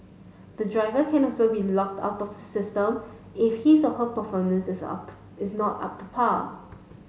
the driver can also be locked out of the system if his or her performance out is not up to par